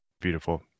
beautiful